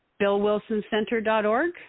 billwilsoncenter.org